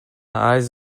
eyes